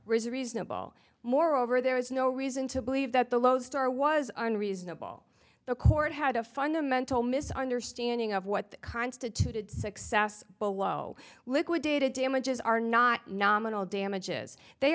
reasonable moreover there was no reason to believe that the lodestar was unreasonable the court had a fundamental misunderstanding of what constituted success below liquidated damages are not nominal damages they